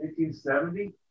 1870